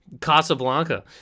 Casablanca